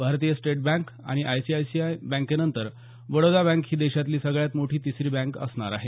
भारतीय state bank आणि I C I C I बँकेनंतर बडोदा बँक ही देशातली सगळ्यात मोठी तिसरी बँक असणार आहे